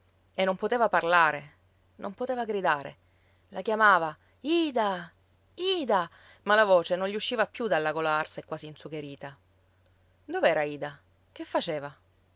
e non poteva parlare non poteva gridare la chiamava ida ida ma la voce non gli usciva più dalla gola arsa e quasi insugherita dov'era ida che faceva